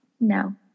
No